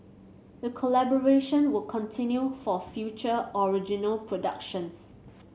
the collaboration will continue for future original productions